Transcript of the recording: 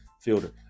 fielder